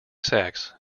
sex